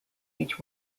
each